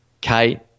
Kate